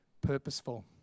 purposeful